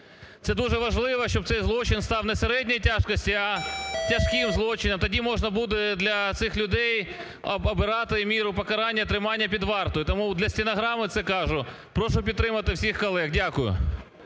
Це дуже важливо, щоб цей злочин став не середньої тяжкості, а тяжким злочином. Тоді можна буде для цих людей обирати міру покарання – тримання під вартою. Тому для стенограми це кажу. Прошу підтримати всіх колег. Дякую.